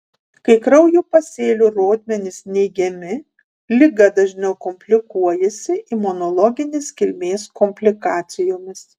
kai kraujo pasėlių rodmenys neigiami liga dažniau komplikuojasi imunologinės kilmės komplikacijomis